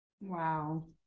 Wow